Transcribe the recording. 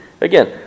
Again